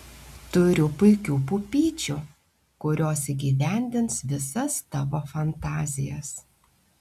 turiu puikių pupyčių kurios įgyvendins visas tavo fantazijas